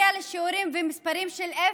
השיעורים מגיעים למספרים של אפס.